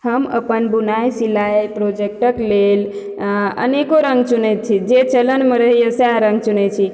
हम अपन बुनाइ सिलाइ प्रोजेक्टक लेल अनेको रङ्ग चुनय छी जे चलनमे रहइएसँ रङग चुनय छी